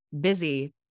busy